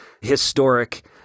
historic